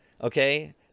okay